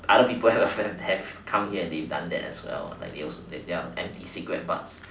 other people have have come here and they've done that as well like there was there are empty cigarette buds